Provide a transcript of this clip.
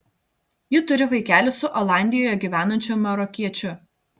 ji turi vaikelį su olandijoje gyvenančiu marokiečiu